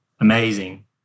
amazing